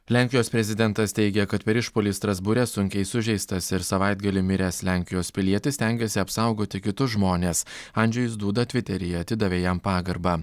lenkijos prezidentas teigia kad per išpuolį strasbūre sunkiai sužeistas ir savaitgalį miręs lenkijos pilietis stengėsi apsaugoti kitus žmones andžejus duda tviteryje atidavė jam pagarbą